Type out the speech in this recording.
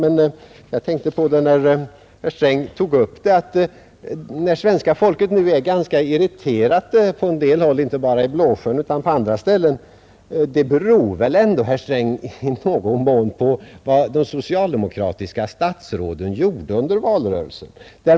Men när herr Sträng tog upp saken kom jag att tänka på att svenska folkets irritation — inte bara i Blåsjön utan även på andra ställen — kanske i någon mån beror på vad de socialdemokratiska statsråden gjorde under valrörelsen.